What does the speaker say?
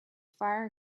fire